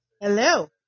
Hello